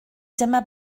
dyma